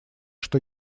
что